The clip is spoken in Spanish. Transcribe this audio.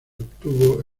obtuvo